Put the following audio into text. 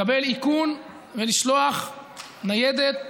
לקבל איכון ולשלוח ניידת,